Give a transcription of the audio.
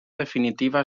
definitiva